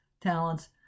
talents